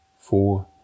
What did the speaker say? four